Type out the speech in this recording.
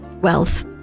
Wealth